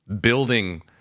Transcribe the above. building